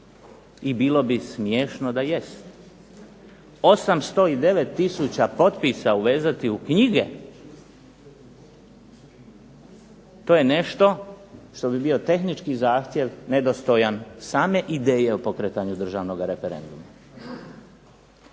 i bilo bi smiješno da jest. 809 tisuća potpisa uvezati u knjige to je nešto što bi bio tehnički zahtjev nedostojan same ideje o pokretanju državnoga referenduma.